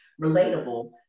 relatable